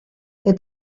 que